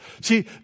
See